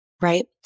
Right